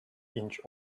inch